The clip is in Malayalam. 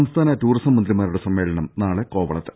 സംസ്ഥാന ടൂറിസം മന്ത്രിമാരുടെ സമ്മേളനം നാളെ കോവളത്ത്